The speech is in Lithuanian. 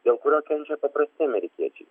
dėl kurio kenčia paprasti amerikiečiai